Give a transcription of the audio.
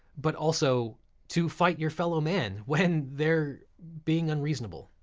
but also to fight your fellow man when they're being unreasonable.